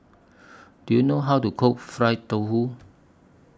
Do YOU know How to Cook Fried Tofu